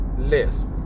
list